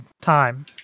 time